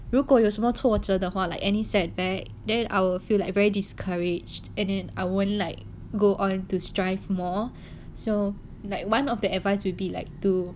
如果有什么挫折的话 like any setback then I will feel like very discouraged and and I won't like go on to strive more so like one of the advice will be like to